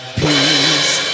peace